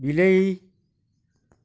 ବିଲେଇ